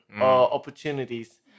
opportunities